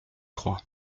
trois